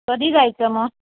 कधी जायचं मग